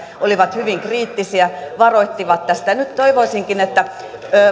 olivat kriittisiä varoittivat tästä nyt toivoisinkin että